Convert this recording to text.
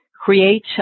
Create